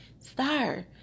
star